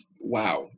wow